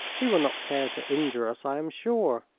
he will not care to injure us, i am sure.